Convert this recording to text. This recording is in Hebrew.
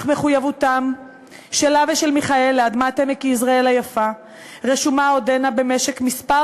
אך מחויבותם שלה ושל מיכאל לאדמת עמק-יזרעאל היפה רשומה עודנה במשק מס'